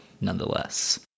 nonetheless